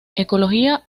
ecología